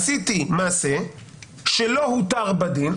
עשיתי מעשה שלא הותר בדין,